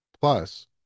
Plus